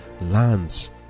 lands